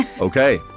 Okay